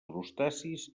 crustacis